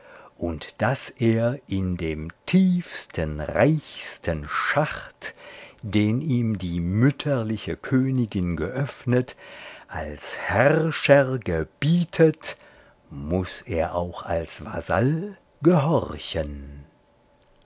und daß er in dem tiefsten reichsten schacht den ihm die mütterliche königin geöffnet als herrscher gebietet muß er auch als vasall gehorchen